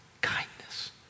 kindness